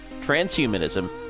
transhumanism